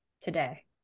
today